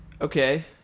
Okay